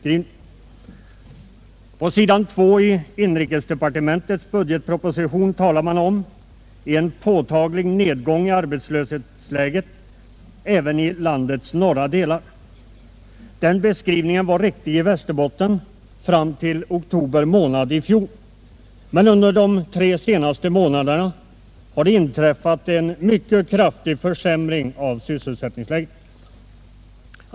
På s. 2 i det avsnitt av budgeten som handlar om inrikesdepartementet talas om en påtaglig nedgång av arbetslösheten även i landets norra delar. Den beskrivningen var riktig för Västerbottens del fram till oktober månad i fjol, men under de tre senaste månaderna har det inträffat en mycket kraftig försämring av sysselsättningsläget.